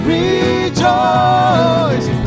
rejoice